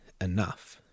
enough